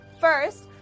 First